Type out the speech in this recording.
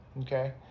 Okay